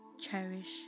cherish